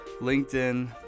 LinkedIn